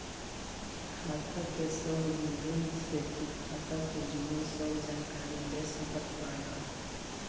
खाता के सब विवरण से तू खाता से जुड़ल सब जानकारी ले सकत बाटअ